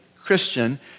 Christian